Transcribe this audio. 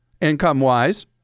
income-wise